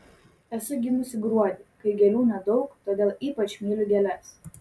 esu gimusi gruodį kai gėlių nedaug todėl ypač myliu gėles